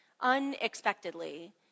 unexpectedly